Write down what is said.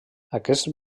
aquests